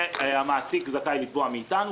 והמעסיק זכאי לתבוע מאתנו.